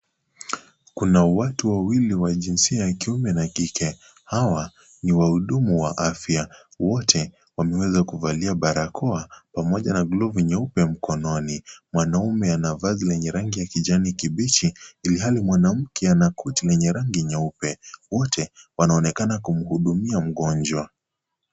Kuna watu wawili wa jinsia ya kiume na kike, hawa ni wahudumu wa afya wote, wameweza kuvalia barakoa pamoja na glafu nyeupe mkononi mwanaume ana vazi la kijani kibichi ilihali mwamke ana koti lenye rangi nyeupe, wote wanaonekana kumhudumia mgonjwa.